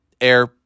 air